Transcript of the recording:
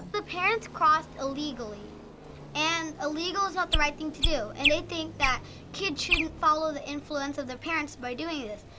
the parents crossed illegally and illegal's not the right thing to do and they think that kids should not and follow the influence of the parents by doing this,